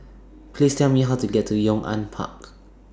Please Tell Me How to get to Yong An Park